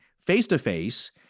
face-to-face